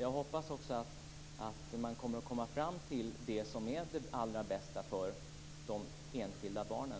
Jag hoppas att man ska komma fram till det som är det allra bästa för de enskilda barnen.